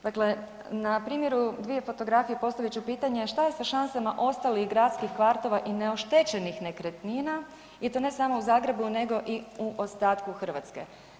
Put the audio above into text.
Dakle na primjeru dvije fotografije, postavit ću pitanje, šta je sa šansama ostalih gradskih kvartova i neoštećenih nekretnina i to ne samo u Zagrebu nego i u ostatku Hrvatske?